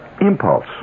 impulse